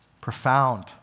Profound